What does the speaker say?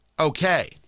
okay